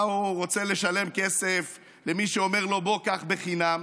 מה הוא רוצה לשלם כסף למי שאומר לו: בוא קח חינם?